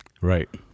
right